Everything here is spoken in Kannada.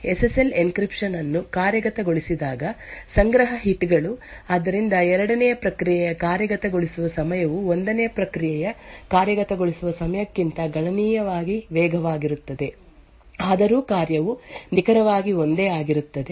ಎಸ್ ಎಸ್ ಎಲ್ ಎನ್ಕ್ರಿಪ್ಶನ್ ಅನ್ನು ಕಾರ್ಯಗತಗೊಳಿಸಿದಾಗ ಸಂಗ್ರಹ ಹಿಟ್ ಗಳು ಆದ್ದರಿಂದ 2 ನೇ ಪ್ರಕ್ರಿಯೆಯ ಕಾರ್ಯಗತಗೊಳಿಸುವ ಸಮಯವು 1 ನೇ ಪ್ರಕ್ರಿಯೆಯ ಕಾರ್ಯಗತಗೊಳಿಸುವ ಸಮಯಕ್ಕಿಂತ ಗಣನೀಯವಾಗಿ ವೇಗವಾಗಿರುತ್ತದೆ ಆದರೂ ಕಾರ್ಯವು ನಿಖರವಾಗಿ ಒಂದೇ ಆಗಿರುತ್ತದೆ